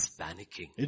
panicking